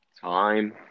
Time